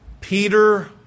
Peter